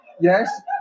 yes